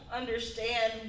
understand